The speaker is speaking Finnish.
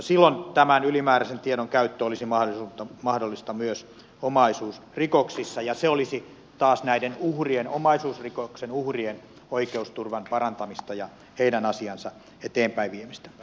silloin tämä ylimääräisen tiedon käyttö olisi mahdollista myös omaisuusrikoksissa ja se olisi taas näiden uhrien omaisuusrikoksen uhrien oikeusturvan parantamista ja heidän asiansa eteenpäinviemistä